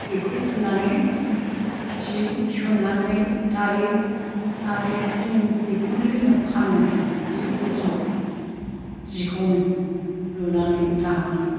बेखौ थुननानै जि सोंनानै दायो आरो बिखौनो जोङो फानो बे इन्दि जिखौनो लुनानै दानानै